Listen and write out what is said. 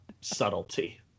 subtlety